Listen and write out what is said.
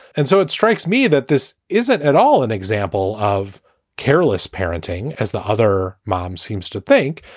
and so it strikes me that this isn't at all an example of careless parenting, as the other mom seems to think.